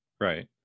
right